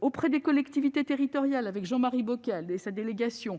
auprès des collectivités territoriales, avec Jean-Marie Bockel, président de la délégation